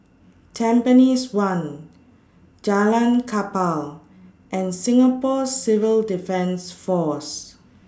Tampines one Jalan Kapal and Singapore Civil Defence Force